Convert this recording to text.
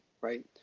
Right